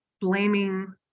blaming